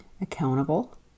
accountable